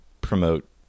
promote